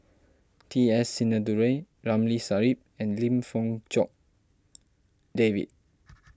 T S Sinnathuray Ramli Sarip and Lim Fong Jock David